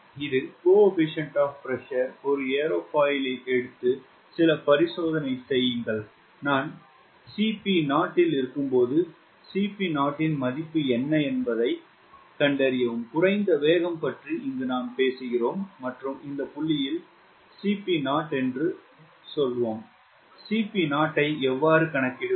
இது Cp ஒரு aerofoil எடுத்து சில பரிசோதனைகள் செய்யுங்கள் நான் Cp0 இல் இருக்கும்போது Cp0 இன் மதிப்பு என்ன என்பதைக் கண்டறியவும் குறைந்த வேகம் பற்றி பேசுகிறோம் மற்றும் இந்த புள்ளியில் Cp0 என்று சொல்வோம் Cp0 ஐ எவ்வாறு கணக்கிடுவது